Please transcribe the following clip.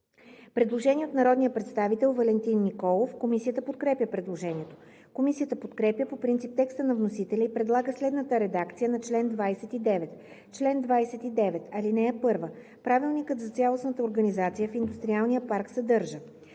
предложение от народния представител Валентин Николов. Комисията подкрепя предложението. Комисията подкрепя по принцип текста на вносителя и предлага следната редакция на чл. 29: „Чл. 29. (1) Правилникът за цялостната организация в индустриалния парк съдържа: